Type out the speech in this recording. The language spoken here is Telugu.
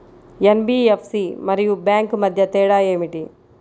ఎన్.బీ.ఎఫ్.సి మరియు బ్యాంక్ మధ్య తేడా ఏమిటి?